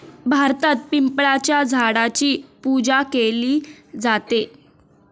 भारतात पिंपळाच्या झाडाची पूजा केली जाते